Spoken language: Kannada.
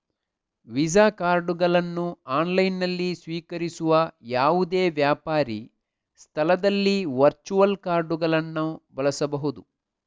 ವೀಸಾ ಕಾರ್ಡುಗಳನ್ನು ಆನ್ಲೈನಿನಲ್ಲಿ ಸ್ವೀಕರಿಸುವ ಯಾವುದೇ ವ್ಯಾಪಾರಿ ಸ್ಥಳದಲ್ಲಿ ವರ್ಚುವಲ್ ಕಾರ್ಡುಗಳನ್ನು ಬಳಸಬಹುದು